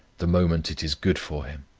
the moment it is good for him.